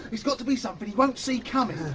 it's got to be something he won't see coming,